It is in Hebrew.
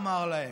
אמר להם.